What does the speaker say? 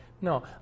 No